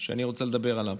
שאני רוצה לדבר עליו,